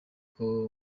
uko